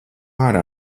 ārā